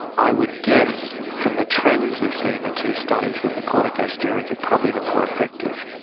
i would guess from the trends we see in the two studies that the corticosteroids are probably the more effective,